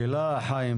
השאלה, חיים ביבס,